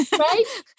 right